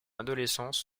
adolescence